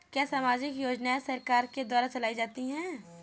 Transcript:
क्या सामाजिक योजनाएँ सरकार के द्वारा चलाई जाती हैं?